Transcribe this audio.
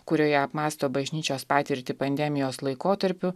kurioje apmąsto bažnyčios patirtį pandemijos laikotarpiu